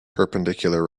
perpendicular